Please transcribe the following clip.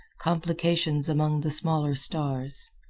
complications among the smaller stars.